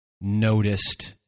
noticed